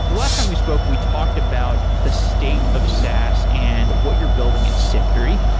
so last time we spoke, we talked about the state of sass and what you're building at siftery.